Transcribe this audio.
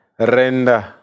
render